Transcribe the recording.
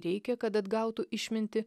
reikia kad atgautų išmintį